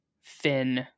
Finn